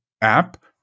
app